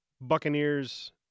Buccaneers